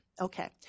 Okay